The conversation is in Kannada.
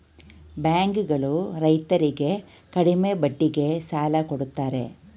ಬ್ಯಾಂಕ್ ಗಳು ರೈತರರ್ಗೆ ಕಡಿಮೆ ಬಡ್ಡಿಗೆ ಸಾಲ ಕೊಡ್ತಾರೆ